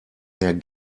mehr